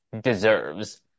deserves